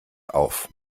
auf